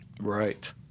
Right